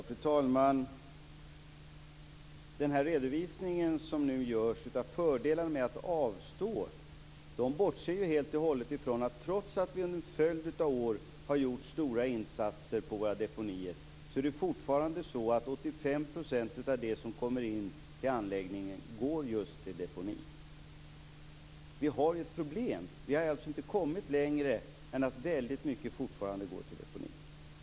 Fru talman! Den redovisning som nu görs av fördelarna med att avstå bortser helt och hållet från att trots att vi under en följd av år har gjort stora insatser på våra deponier går fortfarande 85 % av det som kommer in till anläggningen just till deponi. Vi har ett problem. Vi har alltså inte kommit längre än att väldigt mycket fortfarande går till deponi.